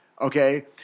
Okay